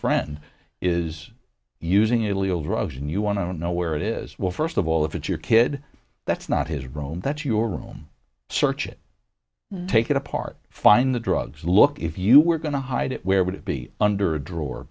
friend is using illegal drugs and you want to know where it is well first of all if it's your kid that's not his room that's your room search it take it apart find the drugs look if you were going to hide it where would it be under a drawer